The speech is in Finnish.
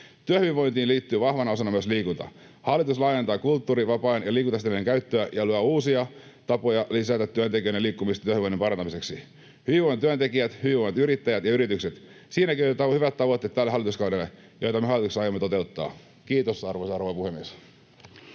Työhyvinvointiin liittyy vahvana osana myös liikunta. Hallitus laajentaa kulttuurivapaan ja liikuntasetelien käyttöä ja luo uusia tapoja lisätä työntekijöiden liikkumista työhyvinvoinnin parantamiseksi. Hyvinvoivat työntekijät, hyvinvoivat yrittäjät ja yritykset — siinäkin on tälle hallituskaudelle hyvät tavoitteet, joita tämä hallitus aikoo toteuttaa. — Kiitos, arvoisa rouva